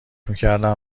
میکردم